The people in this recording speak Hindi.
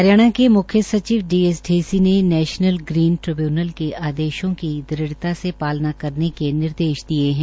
हरियाणा के म्ख्य सचिव डी एस ढेसी ने नैशनल ग्रीन ट्रिब्यूनल के आदेशों की दृढ़ता से पालना करने के निर्देश दिये है